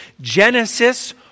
Genesis